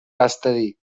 gaztedi